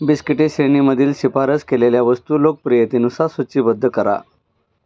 बिस्किटे श्रेणीमधील शिफारस केलेल्या वस्तू लोकप्रियतेनुसार सूचीबद्ध करा